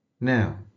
Now